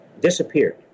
disappeared